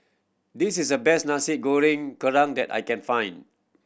this is the best Nasi Goreng Kerang that I can find